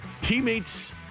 teammates